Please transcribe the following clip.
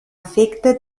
efecte